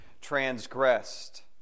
Transgressed